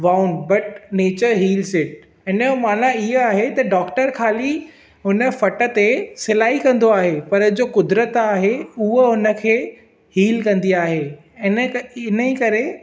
wound but nature heals it इनजो माना इहा आहे त डाक्टर ख़ाली हुन फट ते सिलाई कंदो आहे पर जो क़ुदरतु आहे उहो हुनखे हील कंदी आहे इन्हीअ करे